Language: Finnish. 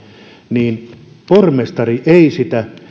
niin pormestari ei sitä